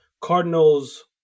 Cardinals –